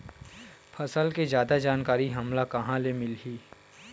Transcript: फसल के जादा जानकारी हमला कहां ले मिलही?